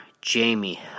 Jamie